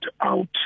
out